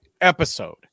episode